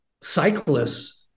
cyclists